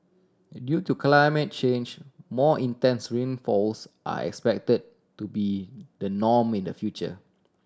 in due to climate change more intense rainfalls are expected to be the norm in the future